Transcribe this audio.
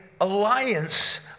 alliance